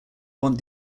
want